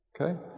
Okay